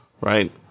right